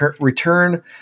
Return